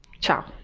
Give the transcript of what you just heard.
Ciao